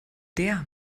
der